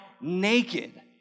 naked